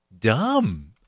dumb